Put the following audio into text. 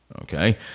okay